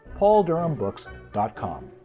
pauldurhambooks.com